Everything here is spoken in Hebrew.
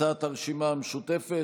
הצעת הרשימה המשותפת,